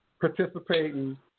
participating